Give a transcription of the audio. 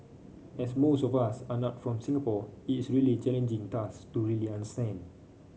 as most of us are not from Singapore it's a really challenging task to really understand